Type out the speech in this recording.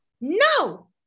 no